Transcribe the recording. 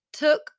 Took